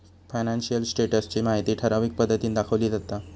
financial status ची माहिती ठराविक पद्धतीन दाखवली जाता